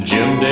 Jim